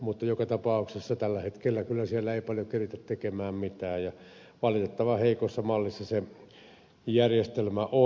mutta joka tapauksessa tällä hetkellä siellä ei kyllä keritä tekemään paljon mitään ja valitettavan heikossa mallissa se järjestelmä on